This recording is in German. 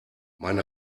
mein